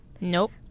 Nope